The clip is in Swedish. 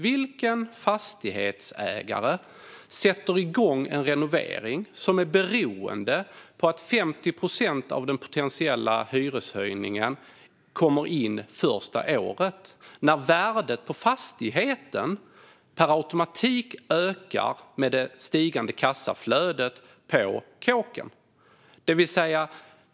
Vilken fastighetsägare sätter igång en renovering som är beroende av att 50 procent av den potentiella hyreshöjningen kommer in första året, när värdet på fastigheten per automatik ökar med det stigande kassaflödet på kåken?